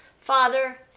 Father